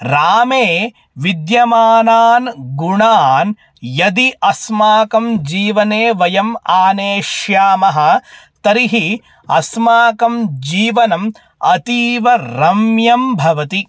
रामे विद्यमानान् गुणान् यदि अस्माकं जीवने वयम् आनेष्यामः तर्हि अस्माकं जीवनम् अतीवरम्यं भवति